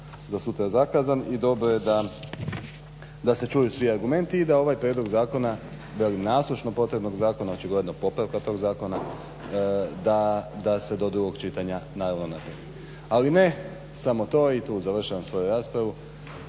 za sutra zakazan i dobro ej da se čuju svi argumenti i da ovaj prijedlog zakona velim nasušno potrebnog zakona očigledno popravka tog zakona da se do drugog čitanja … /Govornik se ne razumije./ … Ali ne samo tu i tu završavam svoju raspravu,